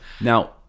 Now